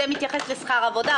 פסקה (4) מתייחסת לשכר העבודה.